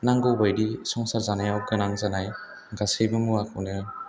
नांगौ बादि संसार जानायाव गोनां जानाय गासैबो मुवाखौनो